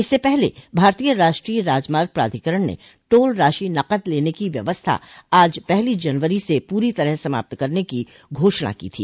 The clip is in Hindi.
इससे पहले भारतीय राष्ट्रीय राजमार्ग प्राधिकरण ने टोल राशि नकद लेने की व्यवस्था आज पहली जनवरी से प्री तरह समाप्त करने की घोषणा की थी